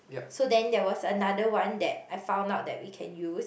so then there was another one that I found out that we can use